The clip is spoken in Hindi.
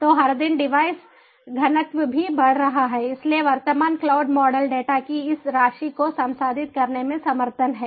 तो हर दिन डिवाइस घनत्व भी बढ़ रहा है